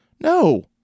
No